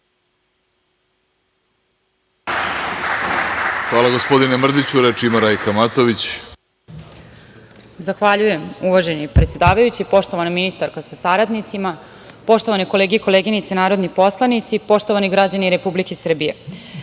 Hvala gospodine Mrdiću. Reč ima Rajka Matović. **Rajka Matović** Zahvaljujem uvaženi predsedavajući, poštovana ministarko sa saradnicima, poštovane kolege i koleginice narodni poslanici, poštovani građani Republike Srbije,